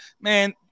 man